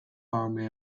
army